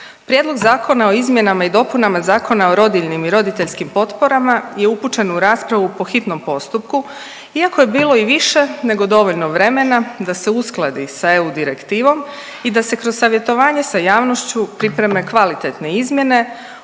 Prijedlog zakona o izmjenama i dopunama Zakona o rodiljnim i roditeljskim potporama je upućen u raspravu po hitnom postupku iako je bilo i više nego dovoljno vremena da se uskladi sa eu direktivom i da se kroz savjetovanje sa javnošću pripreme kvalitetne izmjene